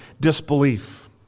disbelief